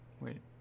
Wait